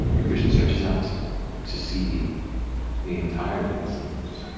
your vision stretches out to see the entirety, it seems,